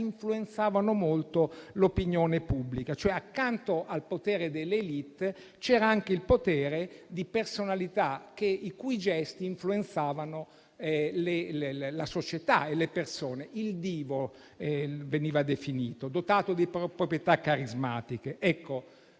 influenzavano molto l'opinione pubblica. In sostanza, accanto al potere dell'*élite* c'era anche il potere di personalità i cui gesti influenzavano la società e le persone. Il divo veniva definito colui che era dotato di proprietà carismatiche. Ecco,